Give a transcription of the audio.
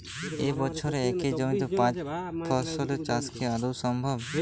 এক বছরে একই জমিতে পাঁচ ফসলের চাষ কি আদৌ সম্ভব?